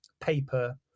paper